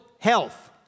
health